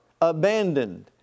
abandoned